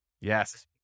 Yes